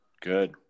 Good